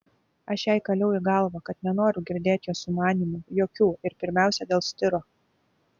aš jai kaliau į galvą kad nenoriu girdėt jos sumanymų jokių ir pirmiausia dėl stiro